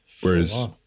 Whereas